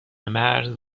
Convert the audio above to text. مزر